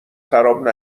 خراب